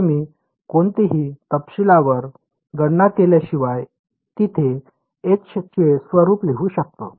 तर मी कोणतीही तपशीलवार गणना केल्याशिवाय तिथे H चे स्वरूप लिहू शकतो